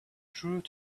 through